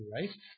right